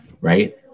right